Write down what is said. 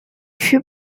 fut